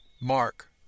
Mark